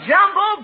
Jumbo